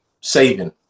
saving